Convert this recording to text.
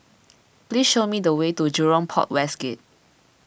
please show me the way to Jurong Port West Gate